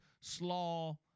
slaw